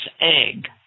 egg